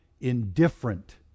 indifferent